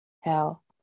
hell